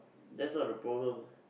that's not the problem